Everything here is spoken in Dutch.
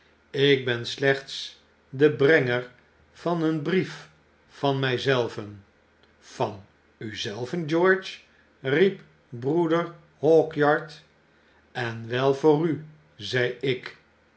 ik ben slechts de brenger van een brief van mij zelven van u zelven george riep broeder hawkyard en wel voor u zei ik